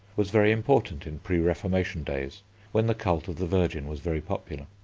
was very important in pre-reformation days when the cult of the virgin was very popular.